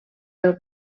del